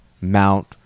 mount